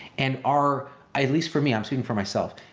and our, at least for me, i'm speaking for myself,